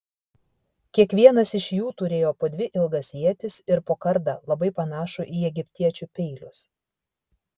kiekvienas iš jų turėjo po dvi ilgas ietis ir po kardą labai panašų į egiptiečių peilius